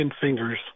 fingers